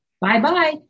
Bye-bye